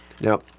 Now